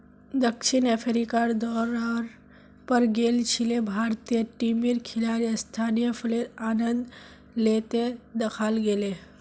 दक्षिण अफ्रीकार दौरार पर गेल छिले भारतीय टीमेर खिलाड़ी स्थानीय फलेर आनंद ले त दखाल गेले